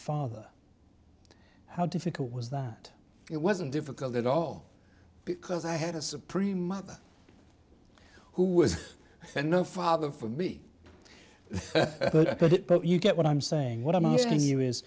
father how difficult was that it wasn't difficult at all because i had a supreme other who was a no father for me but you get what i'm saying what i'm asking you is